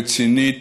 רצינית,